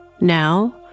Now